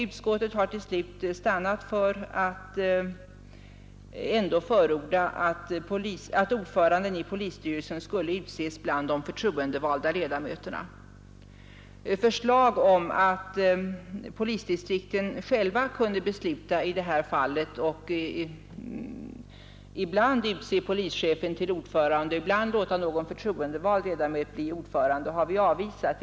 Utskottet har till slut stannat för att förorda att ordföranden i polisstyrelsen skall utses bland de förtroendevalda ledamöterna. Förslag om att polisdistrikten själva kunde besluta i detta fall och ibland utse polischefen till ordförande, ibland låta någon förtroendevald ledamot bli ordförande, har vi avvisat.